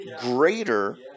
greater